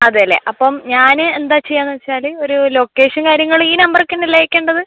അതെ അല്ലേ അപ്പം ഞാൻ എന്താ ചെയ്യാന്ന് വെച്ചാൽ ഒരു ലൊക്കേഷൻ കാര്യങ്ങൾ ഈ നമ്പറേക്കന്നല്ലേ അയക്കേണ്ടത്